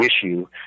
issue